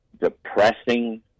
depressing